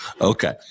Okay